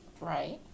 Right